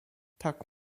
tak